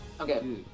Okay